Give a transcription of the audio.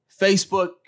Facebook